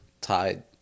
tied